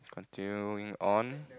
until on